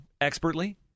expertly